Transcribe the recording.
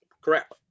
crap